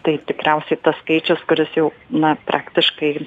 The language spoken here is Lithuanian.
tai tikriausiai tas skaičius kuris jau na praktiškai